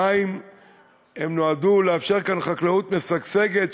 המים נועדו לאפשר כאן חקלאות משגשגת,